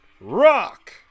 Rock